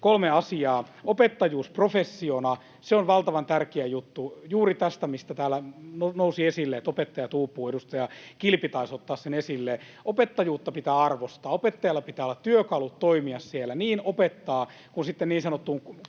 kolme asiaa. Opettajuus professiona: Se on valtavan tärkeä juttu juuri tässä, mikä täällä nousi esille, että opettajat uupuvat. Edustaja Kilpi taisi ottaa sen esille. Opettajuutta pitää arvostaa. Opettajalla pitää olla työkalut toimia niin opettamisessa kuin sitten niin sanotussa